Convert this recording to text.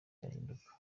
yahinduka